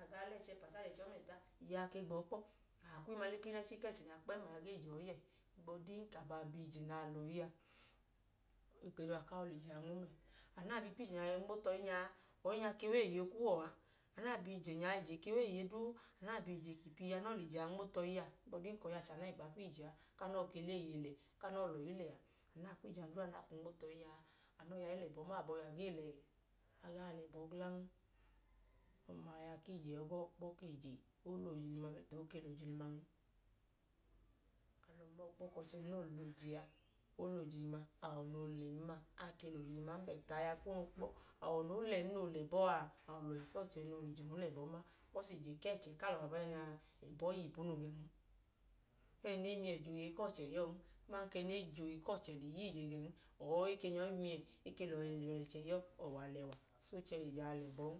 A ga aalẹ ẹchi ẹpa nẹ ẹchi ọmẹta, iye a keg bọọ kpọ a, inẹchi ku ẹchẹ nya kpẹẹm a gee je ọọ yẹ, ohigbu ọdin ka abọ a bi ije nẹ alẹ ọyi a, a ke dọka ku a lẹ ije a nmo mẹ. Anu na yọ ipu ije nya yọi nmo tu ọyi nya a. Ọyi nya ke wẹ eeye kuwọ a, ije ke wẹ eeye duu. Anu na bi ije nya a, a ka anọọ lẹ ije a nmo tu ọyi a, ohigbu ọdin ka ọyi a che anọọ ẹgba fiyẹ ije aku anọọ ke lẹ eeye lẹ, ku anọọ ke lẹ ọyi lẹ, anu na kwu ije u na a kwu nmo tu ọyi a a, anu nẹ ọyi a i lẹ ẹbọn ma, awọ abọhiyuwọ a gee lẹ? A gaa lẹ ẹbọ gla noo. Ọma wẹ aya ku ije yọ bọọ a. O lẹ ojilima aman o ke lẹ ojiliman. Alọ mọọ kpọ ka ọchẹ noo lẹ ije a, o lẹ ojilima, awọ noo lẹn ma, a ke lẹ ojiliman. Bọt aya ku ọha kpọ, awọ noo lẹn noo lẹ ẹbọ a, awọ lọhi fiyẹ ọchẹ noo lẹ noo lẹ ẹbọn ma. Bikọs ije ku alọ ku ẹchẹ abalọbaa nya, ẹbọ i yọ ipunu gẹn. O wẹ ẹẹ ne miyẹ je oyeyi ku ọchẹ yọọn, aman ka e je oyi ku ọchẹ je ya ije gẹn, ọọ e ke nyọ i miyẹ e ke lẹ ọlẹchẹ ya ọọ. So o chẹ lẹ ije a lẹ ẹbọn.